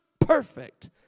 perfect